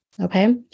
okay